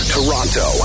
Toronto